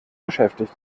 beschäftigt